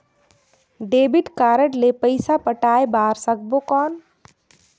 Debit card ले पइसा पटाय बार सकबो कौन?